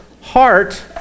heart